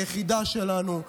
היחידה שלנו,